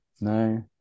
no